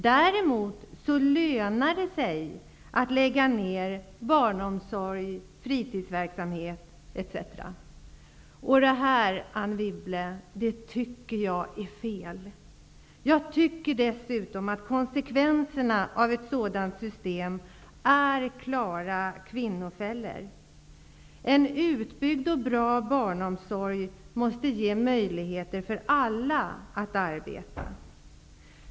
Däremot lönar det sig att lägga ner barnomsorg, fritidsverksamhet etc. Anne Wibble! Jag tycker att det här är fel. Jag tycker dessutom att ett sådant här system skapar klara kvinnofällor. En utbyggd och bra barnomsorg måste ge möjligheter för alla att arbeta.